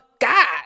God